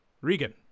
Regan